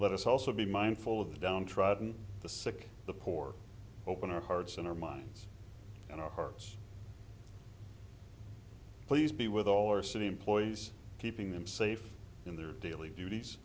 let us also be mindful of the downtrodden the sick the poor open our hearts and our minds and our hearts please be with our city employees keeping them safe in their daily duties